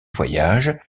voyage